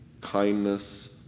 kindness